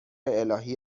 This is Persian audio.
الهی